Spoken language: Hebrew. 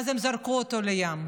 ואז הם זרקו אותו לים.